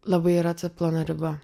labai yra plona riba